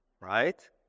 right